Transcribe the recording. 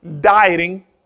dieting